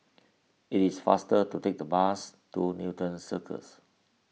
it is faster to take the bus to Newton Circus